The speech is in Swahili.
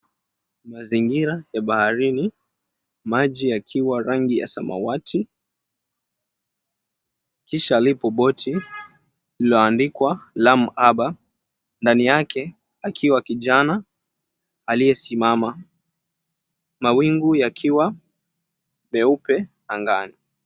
Mazingira ya baharini maji yakiwa rangi ya samawati. Kisha lipo boti lililoandikwa Lamu Uber, ndani yake akiwa kijana aliyesimama mawingu yakiwa meupe angani.